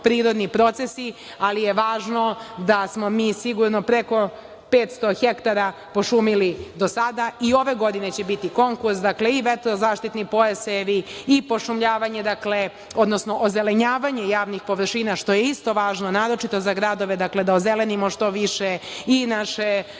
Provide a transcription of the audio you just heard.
ali je važno da smo sigurno preko 500 hektara pošumili do sada. Ove godine će biti konkurs, dakle, i vetrozaštitni pojasevi, i pošumljavanje, odnosno ozelenjavanje javnih površina, što je isto važno, naročito za gradove, dakle da ozelenimo što više i naše